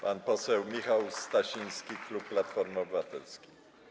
Pan poseł Michał Stasiński, klub Platformy Obywatelskiej.